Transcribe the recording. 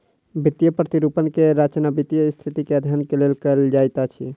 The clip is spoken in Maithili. वित्तीय प्रतिरूपण के रचना वित्तीय स्थिति के अध्ययन के लेल कयल जाइत अछि